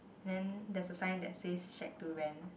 then there's a sign that says shack to rent